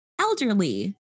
elderly